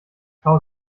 frau